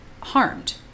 harmed